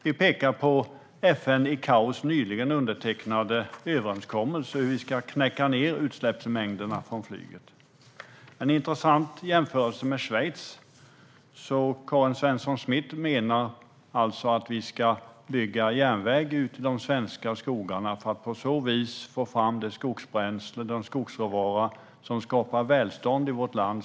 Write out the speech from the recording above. Vi pekar på FN-organisationen ICAO:s nyligen undertecknade överenskommelse för hur vi ska få ned mängden utsläpp från flyget. Jämförelsen med Schweiz var intressant. Menar Karin Svensson Smith att vi ska bygga järnväg ut till de svenska skogarna för att på så vis få fram det skogsbränsle och de skogsråvaror som skapar välstånd i vårt land?